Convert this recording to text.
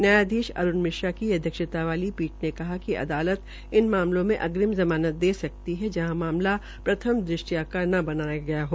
न्यायाधीश अरूण मिश्रा की अध्यक्षता वाली पीट ने कहा कि अदालत इन मामलों में अग्रिम ज़मानत दे सकती है जहां मामला प्रथम दृश्यता का न बनाया गया हो